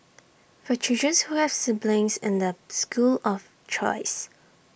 for children who have siblings in their school of choice